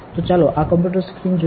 તો ચાલો આ કમ્પ્યુટર સ્ક્રીન જોઈએ